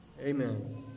Amen